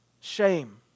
Shame